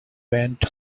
went